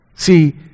See